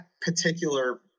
particular